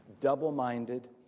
double-minded